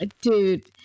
Dude